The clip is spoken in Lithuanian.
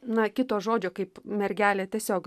na kito žodžio kaip mergelė tiesiog